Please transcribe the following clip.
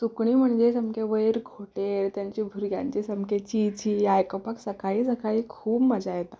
सुकणीं म्हणजे सामके वयर घोंटेर तेंचें भुरग्यांचें सामकें ची ची आयकपाक सकाळीं सकाळीं खूब मजा येता